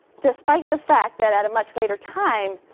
despite the fact that at a much later time,